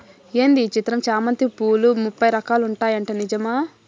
ఏంది ఈ చిత్రం చామంతి పూలు ముప్పై రకాలు ఉంటాయట నిజమా